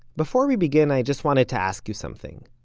before we begin, i just wanted to ask you something.